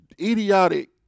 idiotic